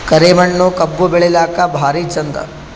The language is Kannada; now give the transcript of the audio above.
ಕರಿ ಮಣ್ಣು ಕಬ್ಬು ಬೆಳಿಲ್ಲಾಕ ಭಾರಿ ಚಂದ?